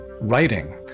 writing